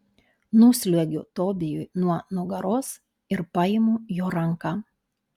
nusliuogiu tobijui nuo nugaros ir paimu jo ranką